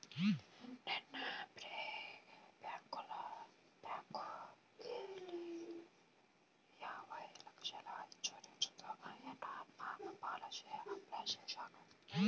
నిన్న బ్యేంకుకెళ్ళి యాభై లక్షల ఇన్సూరెన్స్ తో టర్మ్ పాలసీకి అప్లై చేశాను